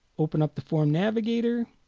open up the form navigator